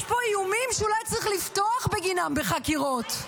יש פה איומים שאולי צריך לפתוח בגינם חקירות.